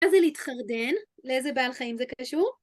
מה זה להתחרדן? לאיזה בעל חיים זה קשור?